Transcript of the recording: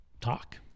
talk